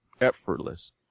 effortless